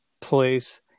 place